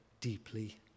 deeply